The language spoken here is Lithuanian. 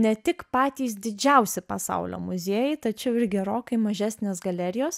ne tik patys didžiausi pasaulio muziejai tačiau ir gerokai mažesnės galerijos